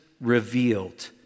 revealed